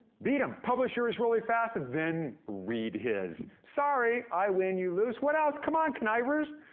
beat im. publish yours really fast and then read his. sorry, i win, you lose. what else? come on, connivers.